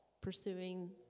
pursuing